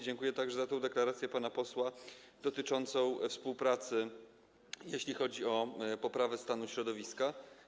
Dziękuję także za deklarację pana posła dotyczącą współpracy, jeśli chodzi o poprawę stanu środowiska.